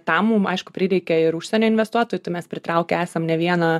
tam mum aišku prireikė ir užsienio investuotojų tai mes pritraukę esam ne vieną